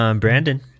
brandon